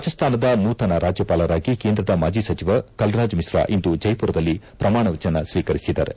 ರಾಜಸ್ತಾನದ ನೂತನ ರಾಜ್ಯಪಾಲರಾಗಿ ಕೇಂದ್ರದ ಮಾಜಿ ಸಚಿವ ಕಲ್ರಾಜ್ ಮಿಶ್ರಾ ಇಂದು ಜೈಮರದಲ್ಲಿ ಪ್ರಮಾಣವಚನ ಸ್ವೀಕರಿಸಿದ್ದಾರೆ